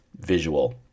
visual